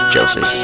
Josie